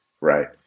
Right